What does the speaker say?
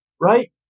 right